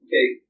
Okay